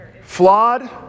Flawed